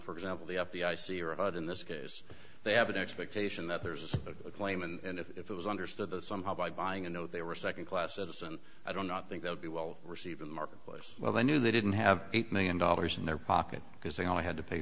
for example the f b i see or hide in this case they have an expectation that there's a claim and if it was understood that somehow by buying a no they were second class citizen i don't not think they'll be well received in the marketplace well they knew they didn't have eight million dollars in their pocket because they only had to pay